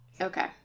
Okay